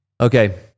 Okay